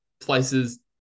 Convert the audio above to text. places